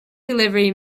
delivery